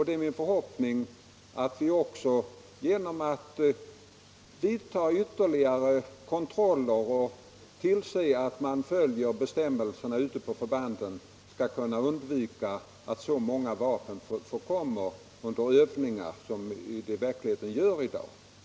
Det är min förhoppning att det, genom att vi vidtar ytterligare kontroller och tillser att bestämmelserna följs ute på förbanden i framtiden, skall kunna undvikas att så många vapen förkommer under övningar som det gör i dag.